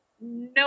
no